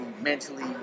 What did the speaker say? mentally